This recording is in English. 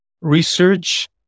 research